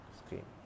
screen